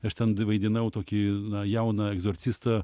aš ten vaidinau tokį na jauną egzorcistą